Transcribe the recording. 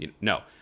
No